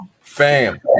Fam